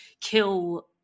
kill